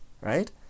right